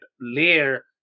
layer